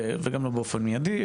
וגם לא באופן מיידי.